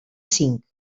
cinc